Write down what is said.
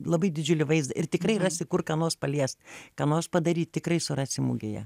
labai didžiulį vaizdą ir tikrai rasi kur ką nors paliest ką nors padaryt tikrai surasi mugėje